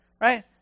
right